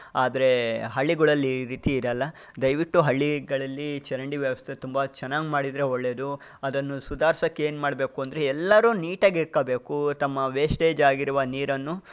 ಆದರೆ ಹಳ್ಳಿಗಳಲ್ಲಿ ಈ ರೀತಿ ಇರೋಲ್ಲ ದಯವಿಟ್ಟು ಹಳ್ಳಿಗಳಲ್ಲಿ ಚರಂಡಿ ವ್ಯವಸ್ಥೆ ತುಂಬ ಚೆನ್ನಾಗಿ ಮಾಡಿದರೆ ಒಳ್ಳೆಯದು ಅದನ್ನು ಸುಧಾರ್ಸಕ್ಕೆ ಏನು ಮಾಡಬೇಕು ಅಂದರೆ ಎಲ್ಲರೂ ನೀಟಾಗಿ ಇಟ್ಕೋಬೇಕು ತಮ್ಮ ವೇಸ್ಟೇಜ್ ಆಗಿರುವ ನೀರನ್ನು